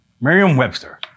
Merriam-Webster